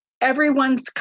everyone's